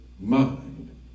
mind